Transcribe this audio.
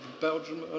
Belgium